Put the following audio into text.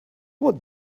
what